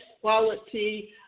quality